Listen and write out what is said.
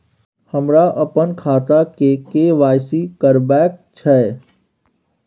हमरा अपन खाता के के.वाई.सी करबैक छै